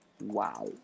Wow